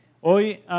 Hoy